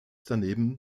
daneben